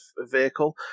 vehicle